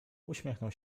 uśmiechnął